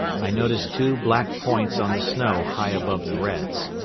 i noticed two black points on the snow high above the reds.